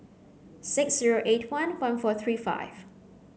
six zero eight one one four three five